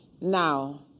Now